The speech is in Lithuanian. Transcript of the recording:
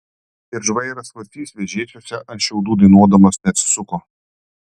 ir žvairas vacys vežėčiose ant šiaudų dainuodamas neatsisuko